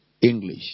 english